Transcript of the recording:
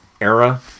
era